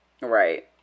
Right